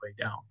down